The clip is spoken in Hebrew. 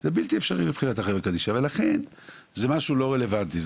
זה בלתי אפשרי מבחינת חברה קדישא ולכן זה משהו לא רלוונטי.